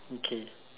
okay